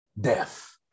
death